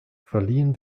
verliehen